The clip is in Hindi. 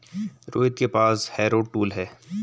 रोहित के पास हैरो टूल है